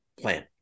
plan